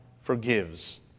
forgives